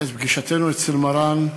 את פגישתנו אצל מרן,